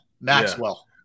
Maxwell